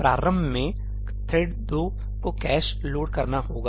प्रारंभ में थ्रेड 2 को कैश लोड करना होगा